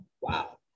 Wow